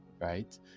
right